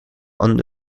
under